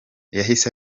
yahise